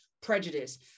Prejudice